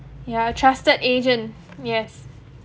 ya trusted agent yes